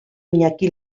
iñaki